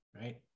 right